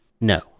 No